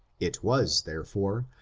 it was, therefore,